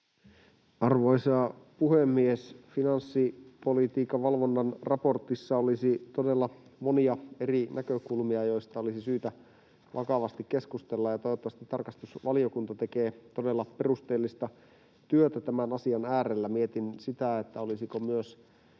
Arvoisa puhemies! Finanssipolitiikan valvonnan raportissa olisi todella monia eri näkökulmia, joista olisi syytä vakavasti keskustella, ja toivottavasti tarkastusvaliokunta tekee todella perusteellista työtä tämän asian äärellä. Mietin sitä, olisiko myös